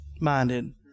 minded